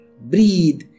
breathe